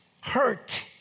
hurt